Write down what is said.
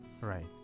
right